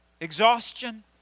exhaustion